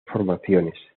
formaciones